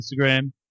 Instagram